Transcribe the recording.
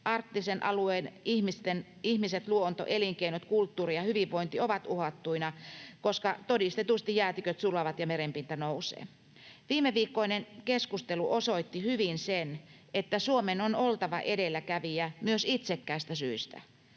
Arktisen alueen ihmiset, luonto, elinkeinot, kulttuuri ja hyvinvointi ovat uhattuina, koska todistetusti jäätiköt sulavat ja merenpinta nousee. Viimeviikkoinen keskustelu osoitti hyvin sen, että Suomen on oltava edelläkävijä myös itsekkäistä syistä.